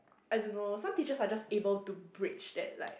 I don't know some teachers are just able to bridge that like